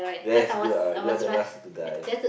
yes you are you are the last to die